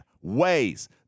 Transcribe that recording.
ways